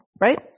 Right